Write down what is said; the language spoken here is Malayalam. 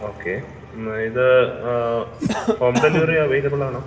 ഓക്കെ മ് ഇത് ഹോം ഡെലിവറി അവൈലബിളാണോ